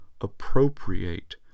appropriate